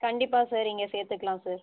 கண்டிப்பாக சார் இங்கே சேர்த்துக்கலாம் சார்